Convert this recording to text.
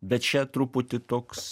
bet čia truputį toks